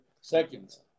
seconds